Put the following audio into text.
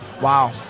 Wow